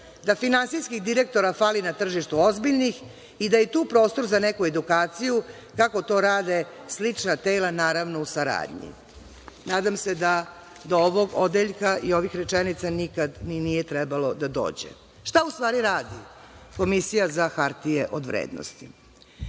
da finansijskih direktora fali na tržištu ozbiljnih i da je tu prostor za neku edukaciju kako to rade slična tela, naravno, u saradnji.“Nadam se da do ovog odeljka i ovih rečenica nikad i nije trebalo da dođe. Šta u stvari radi Komisija za hartije od vrednosti?